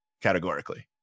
categorically